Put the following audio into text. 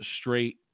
straight